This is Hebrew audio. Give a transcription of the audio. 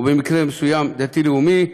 או במקרה מסוים דתי-לאומי,